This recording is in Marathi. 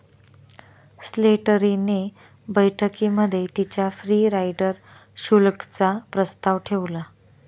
स्लेटरी ने बैठकीमध्ये तिच्या फ्री राईडर शुल्क चा प्रस्ताव ठेवला